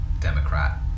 Democrat